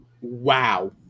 Wow